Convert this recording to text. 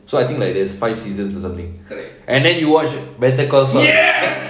so I think like there's five seasons or something and then you watch better call saul